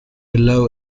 low